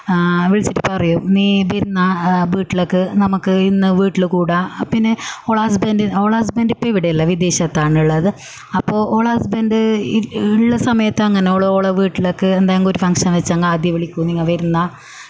ആ വിളിച്ചിട്ട് പറയും നീ വി നാ വീട്ടിലേക്ക് നമുക്ക് ഇന്ന് വീട്ടിൽ കൂടാം പിന്നെ ഓളെ ഹസ്ബൻഡ് ഓളെ ഹസ്ബൻഡ് ഇപ്പം ഇവിടെയില്ല വിദേശത്താണുള്ളത് അപ്പോൾ ഓളെ ഹസ്ബൻഡ് ഉള്ള സമയത്തങ്ങനെ ഓൾ ഓളെ വീട്ടിലേക്ക് എന്തേങ്കിൽ ഒരു ഫംഗ്ഷൻ വെച്ചെങ്കിൽ ആദ്യം വിളിക്കും നിങ്ങൾ വരുന്നോ